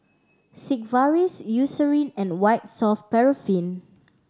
Sigvaris Eucerin and White Soft Paraffin